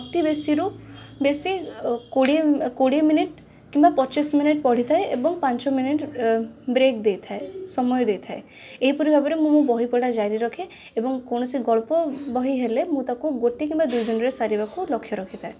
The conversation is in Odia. ଅତିବେଶୀରୁ ବେଶୀ ଅ କୋଡ଼ିଏ କୋଡ଼ିଏ ମିନିଟ୍ କିମ୍ବା ପଚିଶ ମିନିଟ୍ ପଢ଼ିଥାଏ ଏବଂ ପାଞ୍ଚମିନିଟ୍ ଏ ବ୍ରେକ୍ ଦେଇଥାଏ ସମୟ ଦେଇଥାଏ ଏହିପରି ଭାବରେ ମୁଁ ମୋ ବହି ପଢ଼ା ଜାରିରଖେ ଏବଂ କୌଣସି ଗଳ୍ପବହି ହେଲେ ମୁଁ ତାକୁ ଗୋଟେ କିମ୍ବା ଦୁଇଦିନରେ ସାରିବାକୁ ଲକ୍ଷ୍ୟରଖିଥାଏ